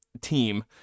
team